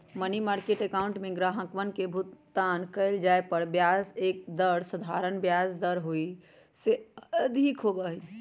money market account में ग्राहकवन के भुगतान कइल जाये पर ब्याज दर साधारण ब्याज दर से अधिक होबा हई